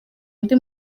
undi